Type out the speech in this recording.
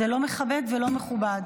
זה לא מכבד ולא מכובד.